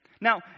Now